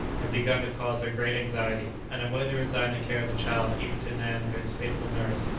had begun to cause her great anxiety, and unwilling to resign the care of the child even to nan his faithful nurse,